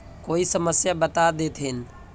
कोई समस्या बता देतहिन?